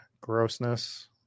Grossness